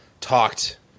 talked